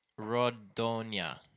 Rodonia